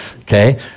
okay